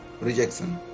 rejection